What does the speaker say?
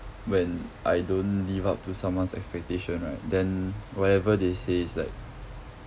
when I don't live up to someone's expectation right then whatever they say it's like